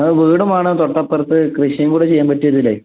ആ വീടും വേണം തൊട്ടപ്പുറത്ത് കൃഷിയും കൂടെ ചെയ്യാൻ പറ്റിയ ഒരു ഇതിൽ